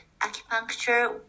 acupuncture